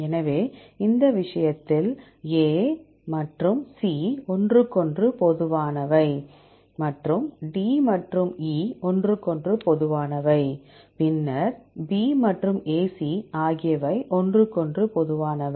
எனவே இந்த விஷயத்தில் A மற்றும் C ஒன்றுக்கொன்று பொதுவானவை மற்றும் D மற்றும் E ஒன்றுக்கொன்று பொதுவானவை பின்னர் B மற்றும் A C ஆகியவை ஒன்றுக்கொன்று பொதுவானவை